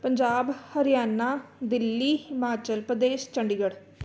Punjab Haryana Delhi Himachal Pradesh Chandigarh